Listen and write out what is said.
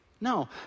No